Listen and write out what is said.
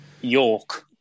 York